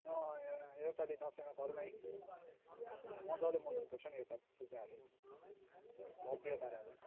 अँ योपालि दसैँमा घरमै मजाले मनाउनु पर्छ नि योपालि पूजाहरू पनि भव्य पाराले